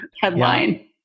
headline